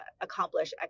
accomplish